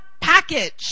package